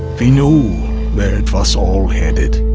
we knew where it was all headed.